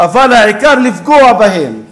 אבל העיקר לפגוע בהם,